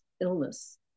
illness